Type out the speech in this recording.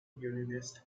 unionist